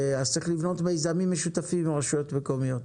אז צריך לבנות מיזמים משותפים עם הרשויות המקומיות.